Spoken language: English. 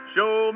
Show